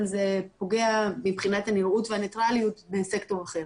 אבל זה פוגע מבחינת הנראות והניטרליות בסקטור אחר.